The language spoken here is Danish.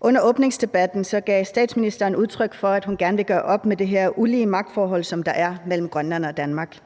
Under åbningsdebatten gav statsministeren udtryk for, at hun gerne vil gøre op med det her ulige magtforhold, der er mellem Grønland og Danmark.